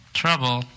trouble